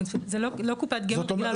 זה לא קופת גמל רגילה.